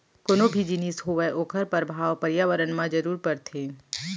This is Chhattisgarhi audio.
कोनो भी जिनिस होवय ओखर परभाव परयाबरन म जरूर परथे